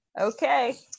Okay